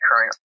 current